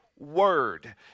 Word